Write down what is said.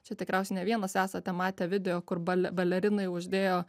čia tikriausiai ne vienas esate matę video kur bal balerinai uždėjo